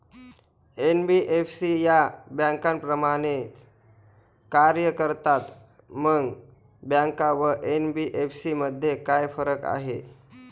NBFC या बँकांप्रमाणेच कार्य करतात, मग बँका व एन.बी.एफ.सी मध्ये काय फरक आहे?